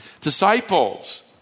disciples